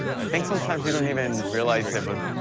i think sometimes you don't even realize it but